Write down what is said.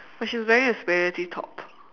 but she's wearing a spaghetti top